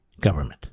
government